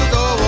go